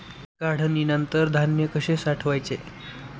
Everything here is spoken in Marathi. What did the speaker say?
काढणीनंतर धान्य कसे साठवायचे?